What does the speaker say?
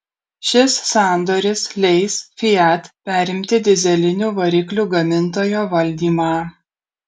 šis sandoris leis fiat perimti dyzelinių variklių gamintojo valdymą